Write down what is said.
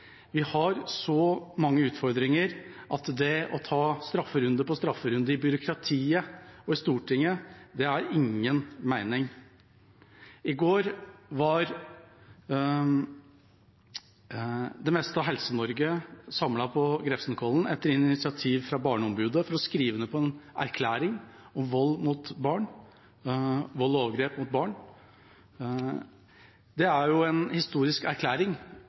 Vi har så mange utfordringer at det å ta strafferunde på strafferunde i byråkratiet og i Stortinget gir ingen mening. I går var det meste av Helse-Norge samlet på Grefsenkollen etter initiativ fra Barneombudet for å skrive under på en erklæring om vold og overgrep mot barn. Det er en historisk erklæring,